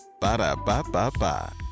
Ba-da-ba-ba-ba